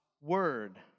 word